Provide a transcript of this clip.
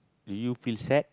do you feel sad